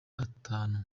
atanu